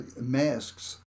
masks